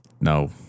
no